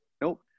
Nope